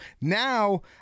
Now